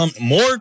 more